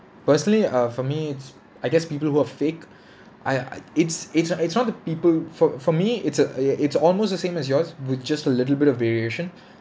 personally uh for me it's I guess people who are fake I I it's it's not it's not the people for for me it's uh it it's almost the same as yours with just a little bit of variation